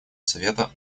совета